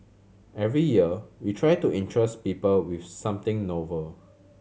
every year we try to interest people with something novel